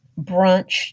brunch